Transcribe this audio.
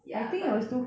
ya but